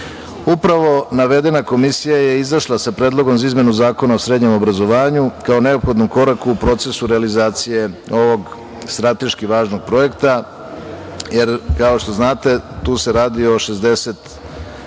maturu. Upravo navedena komisija je izašla sa predlogom za izmenu Zakona o srednjem obrazovanju, kao neophodnom koraku u procesu realizacije ovog strateški važnog projekta jer, kao što znate, tu se radi o 62,